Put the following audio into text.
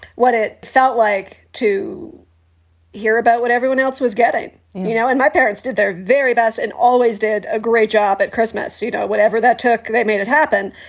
what it felt like to hear about what everyone else was getting you know and my parents did their very best and always did a great job at christmas, you know whatever that took. they made it happen.